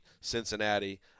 Cincinnati